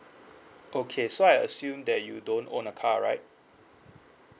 okay so I assume that you don't own a car right